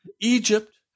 Egypt